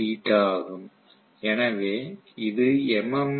இது θ ஆகும் எனவே இது எம்